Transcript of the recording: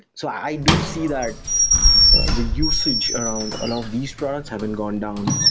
so i do see that the usage around a lot of these products have been gone down.